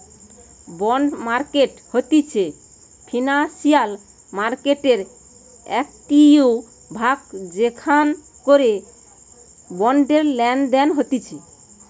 bond market হতিছে financial মার্কেটের একটিই ভাগ যেখান করে বন্ডের লেনদেন হতিছে